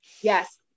Yes